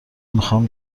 میخواهم